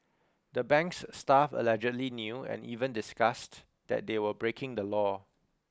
the bank's staff allegedly knew and even discussed that they were breaking the law